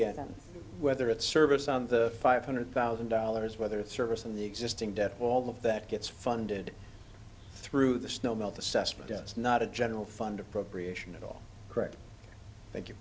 them whether it's service on the five hundred thousand dollars whether it's service and the existing debt all of that gets funded through the snow melt assessment that's not a general fund appropriation at all correct thank you